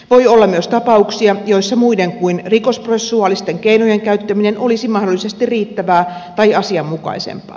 voi olla myös tapauksia joissa muiden kuin rikosprosessuaalisten keinojen käyttäminen olisi mahdollisesti riittävää tai asianmukaisempaa